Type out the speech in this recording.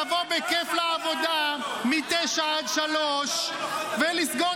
לבוא בכיף לעבודה מ-09:00 עד 15:00 ולסגור